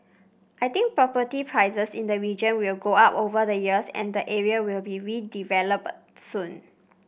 I think property prices in the region will go up over the years and the area will be redeveloped soon